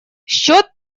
счёт